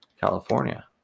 California